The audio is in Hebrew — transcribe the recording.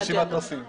רשימת נושאים.